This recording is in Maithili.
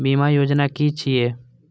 बीमा योजना कि छिऐ?